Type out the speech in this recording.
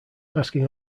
asking